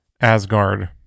Asgard